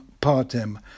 partem